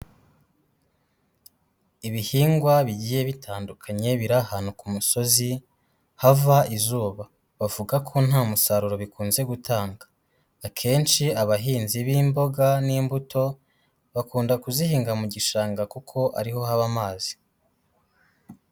Ibihingwa bigiye bitandukanye biri ahantu ku musozi hava izuba, bavuga ko nta musaruro bikunze gutanga, akenshi abahinzi b'imboga n'imbuto, bakunda kuzihinga mu gishanga kuko ari ho haba amazi.